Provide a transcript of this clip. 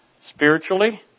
spiritually